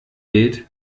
bild